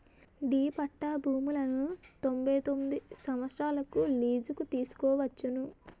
D పట్టా భూములను తొంభై తొమ్మిది సంవత్సరాలకు లీజుకు తీసుకోవచ్చును